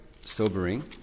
sobering